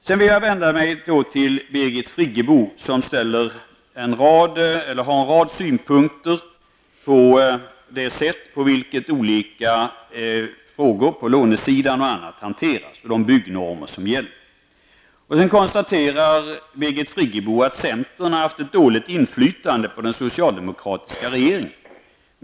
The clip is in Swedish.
Sedan vill jag vända mig till Birgit Friggebo, som har en rad synpunkter på det sätt på vilket olika frågor på lånesidan hanteras och på de byggnormer som gäller. Birgit Friggebo konstaterar att centern har haft ett dåligt inflytande på den socialdemokratiska regeringen.